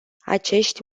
acești